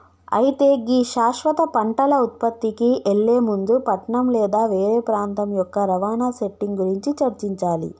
అయితే గీ శాశ్వత పంటల ఉత్పత్తికి ఎళ్లే ముందు పట్నం లేదా వేరే ప్రాంతం యొక్క రవాణా సెట్టింగ్ గురించి చర్చించాలి